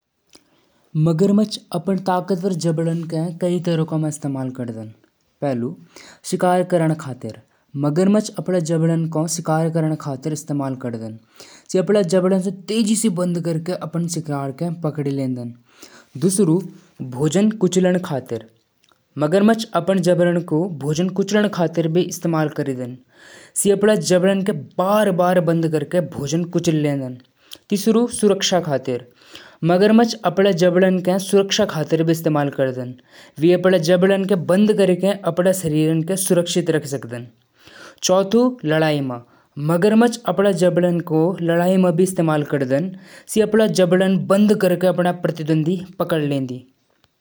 नारंगी रंग देखदा म सूर्यास्त क याद आउंछ। यो रंग म सकारात्मक ऊर्जा और रचनात्मकता क भावना होलु। त्यार क सिटाफल क रंग जइसे मस्ती और मौज देखदा। यो रंग अपणा सांस्कृतिक परंपराओं म भी शुभ मानदा।